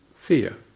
fear